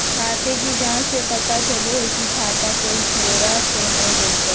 खाते की जाँच से पता चलो हइ की खाता कोई चोरा तो नय लेलकय